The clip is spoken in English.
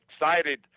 excited